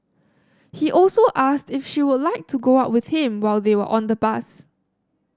he also asked if she would like to go out with him while they were on the bus